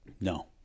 no